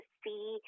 see